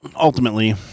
ultimately